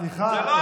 סליחה,